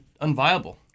unviable